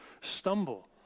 stumble